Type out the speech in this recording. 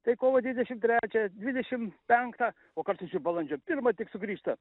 tai kovo dvidešimt trečią dvidešimt penktą o kartais ir balandžio pirmą tik sugrįžta